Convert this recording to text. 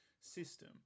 system